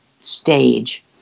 stage